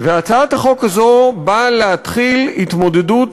והצעת החוק הזאת באה להתחיל התמודדות